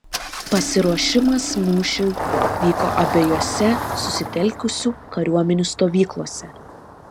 pasiruošimas mūšiui vyko abiejose susitelkusių kariuomenių stovyklose